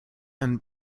and